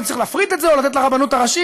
והאם צריך להפריט את זה או לתת לרבנות הראשית?